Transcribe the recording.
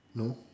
no